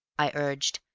i urged.